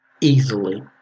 easily